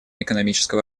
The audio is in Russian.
экономического